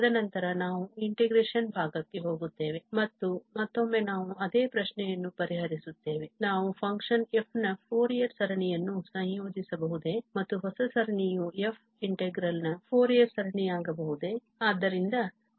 ತದನಂತರ ನಾವು integration ಭಾಗಕ್ಕೆ ಹೋಗುತ್ತೇವೆ ಮತ್ತು ಮತ್ತೊಮ್ಮೆ ನಾವು ಅದೇ ಪ್ರಶ್ನೆಯನ್ನು ಪರಿಹರಿಸುತ್ತೇವೆ ನಾವು ಫಂಕ್ಷನ್ f ನ ಫೋರಿಯರ್ ಸರಣಿಯನ್ನು ಸಂಯೋಜಿಸಬಹುದೇ ಮತ್ತು ಹೊಸ ಸರಣಿಯು f ಇಂಟಿಗ್ರಲ್ನ ಫೋರಿಯರ್ ಸರಣಿಯಾಗಬಹುದೇ